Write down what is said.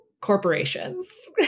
corporations